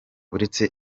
uretse